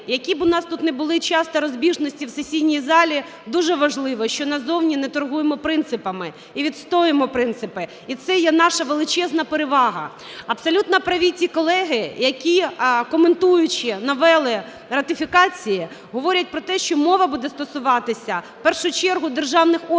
які б у нас тут не були часто розбіжності в сесійній залі, дуже важливо, що на зовні не торгуємо принципами і відстоюємо принципи, і це є наша величезна перевага. Абсолютно праві ті колеги, які, коментуючи новели ратифікації, говорять про те, що мова буде стосуватися в першу чергу державних органів,